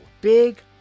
Big